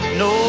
no